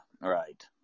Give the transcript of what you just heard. Right